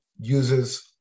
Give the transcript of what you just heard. uses